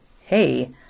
hey